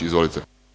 Izvolite.